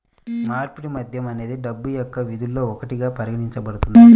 మార్పిడి మాధ్యమం అనేది డబ్బు యొక్క విధుల్లో ఒకటిగా పరిగణించబడుతుంది